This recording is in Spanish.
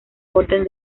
orden